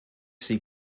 sie